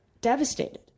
devastated